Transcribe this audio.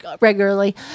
regularly